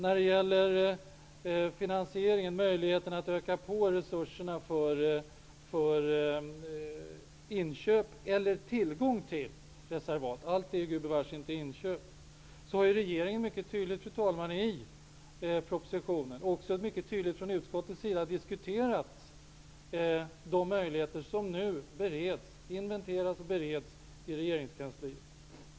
När det gäller finansieringen och möjligheterna att utöka resurserna för inköp eller tillgången till reservat -- allt handlar ju gubevars inte om inköp -- är regeringen mycket tydlig i sin proposition. Också i utskottet har man mycket tydligt diskuterat de möjligheter som nu inventeras och bereds i regeringskansliet.